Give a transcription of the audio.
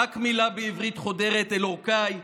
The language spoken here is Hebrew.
/ רק מילה בעברית חודרת / אל עורקיי,